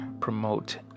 promote